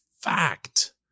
fact